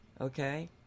Okay